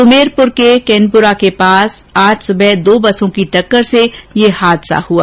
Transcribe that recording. सुमेरपुर के केनपुरा के पास आज सुबह दो बसों की टक्कर से ये हादसा हआ